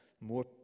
more